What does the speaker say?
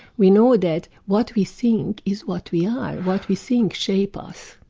we know ah that what we think is what we are. what we think shapes us.